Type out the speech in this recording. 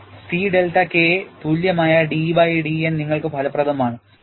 C delta K തുല്യമായ da by dN നിങ്ങൾക്ക് ഫലപ്രദമാണ്